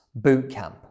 Bootcamp